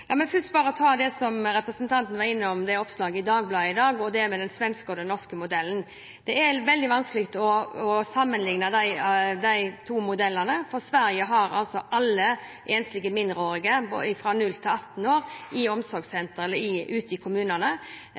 La meg først bare ta det som representanten var innom – oppslaget i Dagbladet i dag – det med den svenske og den norske modellen. Det er veldig vanskelig å sammenligne de to modellene, for i Sverige er alle enslige mindreårige fra 0 til 18 år i omsorgssenter ute i kommunene, mens her i